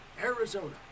Arizona